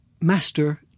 master